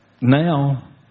now